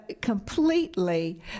completely